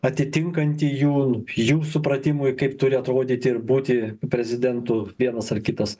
atitinkantį jų jų supratimui kaip turi atrodyti ir būti prezidentu vienas ar kitas